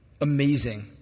amazing